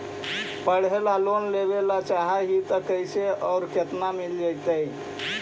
पढ़े ल लोन लेबे ल चाह ही त कैसे औ केतना तक मिल जितै?